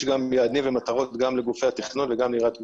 יש גם יעדים ומטרות גם לגופי התכנון וגם לעיריית ירושלים.